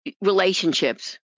relationships